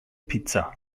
pizza